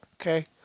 okay